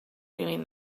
doing